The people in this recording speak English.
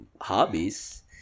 hobbies